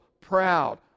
proud